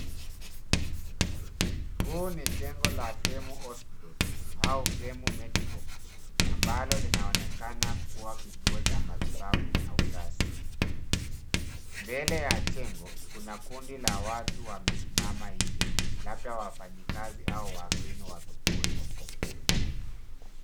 Huu ni jengo la [cs ] fremu hospital[cs ] au [cs ] fremu medical [cs ] ambao unaonekana kuwa kituo cha matibabu ya uzazi. Mbele ya jengo kuna kundi la watu ambao wamesimama nje labda wafanyakazi au wageni wa kituo hicho.